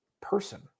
person